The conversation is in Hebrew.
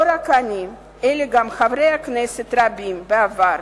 לא רק אני, אלא גם חברי כנסת רבים בעבר